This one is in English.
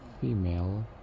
female